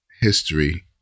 history